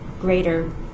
greater